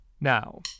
now